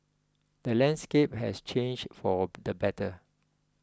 the landscape has changed for the better